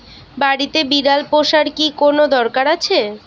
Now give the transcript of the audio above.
বাড়িতে বিড়াল পোষার কি কোন দরকার আছে?